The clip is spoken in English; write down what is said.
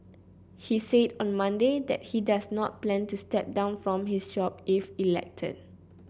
he said on Monday that he does not plan to step down from his job if elected